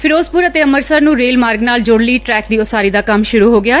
ਫਿਰੋਜ਼ਪੁਰ ਅਤੇ ਅੰਮ੍ਰਿਤਸਰ ਨੂੰ ਰੇਲ ਮਾਰਗ ਨਾਲ ਜੋੜਨ ਲਈ ਟਰੈਕ ਦੀ ਉਸਾਰੀ ਦਾ ਕੰਮ ਸੁਰੂ ਹੋ ਗਿਐ